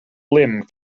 limb